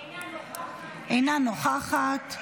אינה נוכחת.